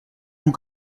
vous